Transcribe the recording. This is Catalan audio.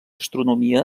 astronomia